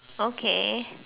okay